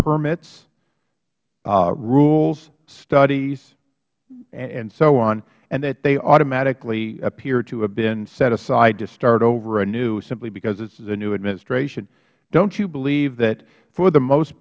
permits rules studies and so on and that they automatically appear to have been set aside to start over anew simply because this is a new administration don't you believe that for the most